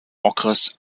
okres